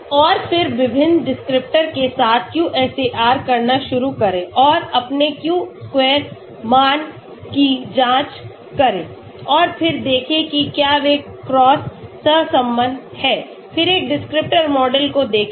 और फिर विभिन्न डिस्क्रिप्टर के साथ QSAR करना शुरू करें और अपने q square मान की जांच करें और फिर देखें कि क्या वे क्रॉस सहसंबद्ध हैं फिर एक डिस्क्रिप्टर मॉडल को देखें